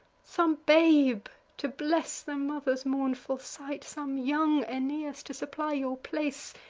some babe to bless the mother's mournful sight, some young aeneas, to supply your place,